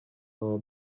all